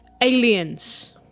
Aliens